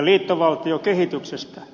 liittovaltiokehityksestä